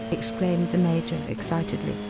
exclaimed the major excitedly.